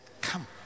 come